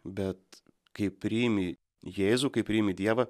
bet kai priimi jėzų kai priimi dievą